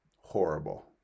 horrible